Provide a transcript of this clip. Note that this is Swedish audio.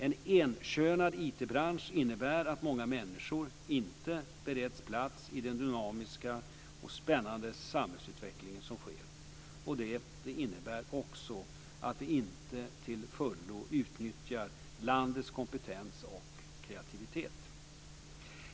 En enkönad IT-bransch innebär att många människor inte bereds plats i den dynamiska och spännande samhällsutveckling som sker. Det innebär också att vi inte till fullo utnyttjar landets kompetens och kreativitet.